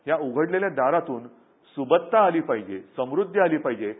या उघडता दारातून सुबत्ता आली पाहिजे समृद्धी आली पाहिजे आहे